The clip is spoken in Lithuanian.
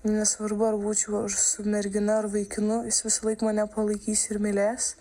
nesvarbu ar būčiau su mergina ar vaikinu jis visąlaik mane palaikys ir mylės